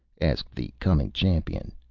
asked the coming champion.